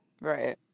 Right